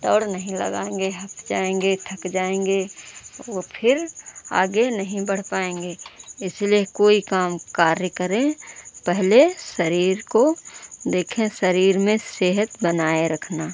दौड़ नहीं लगाएंगे हफ जाएंगे थक जाएंगे और फ़िर आगे नहीं बढ़ पाएंगे इसलिए कोई काम कार्य करें पहले शरीर को देखें शरीर में सेहत बनाए रखना